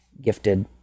gifted